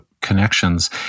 connections